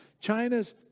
China's